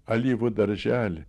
alyvų darželį